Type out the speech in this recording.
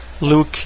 Luke